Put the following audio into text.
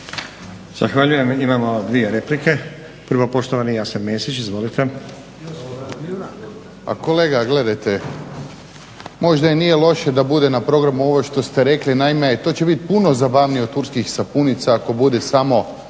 Zahvaljujem. Imamo dvije replike. Prvo poštovani Jasen Mesić, izvolite. **Mesić, Jasen (HDZ)** Kolega, gledajte, možda i nije loše da bude na programu ovo što ste rekli, naime to će biti puno zabavnije od turskih sapunica, ako bude samo